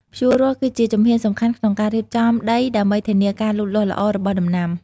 ភ្ជួររាស់គឺជាជំហានសំខាន់ក្នុងការរៀបចំដីដើម្បីធានាការលូតលាស់ល្អរបស់ដំណាំ។